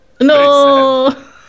No